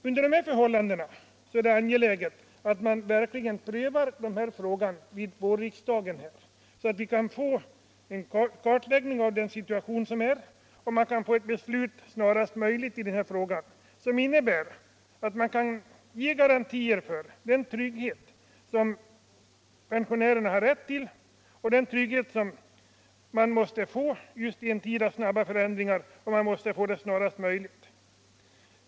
Under dessa förhållanden är det angeläget att vi verkligen prövar denna fråga vid vårriksdagen, så att vi får en kartläggning av den rådande situationen och snarast möjligt kan fatta ett beslut som innebär garantier för den trygghet som pensionärerna har rätt till och som de måste få.